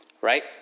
Right